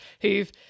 who've